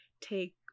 take